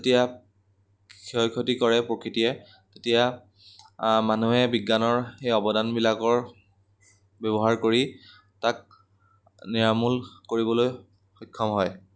যেতিয়া ক্ষয় ক্ষতি কৰে প্ৰকৃতিয়ে তেতিয়া মানুহে বিজ্ঞানৰ সেই অৱদানবিলাকৰ ব্যৱহাৰ কৰি তাক নিৰামূল কৰিবলৈ সক্ষম হয়